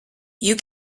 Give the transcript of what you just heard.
you